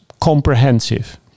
comprehensive